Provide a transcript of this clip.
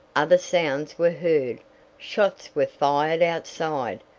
other sounds were heard shots were fired outside,